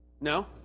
No